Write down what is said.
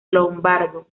lombardo